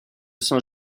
saint